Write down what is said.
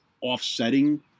offsetting